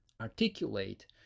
articulate